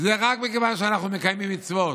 זה רק מכיוון שאנחנו מקיימים מצוות,